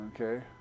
okay